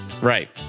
Right